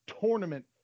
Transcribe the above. tournament